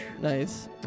Nice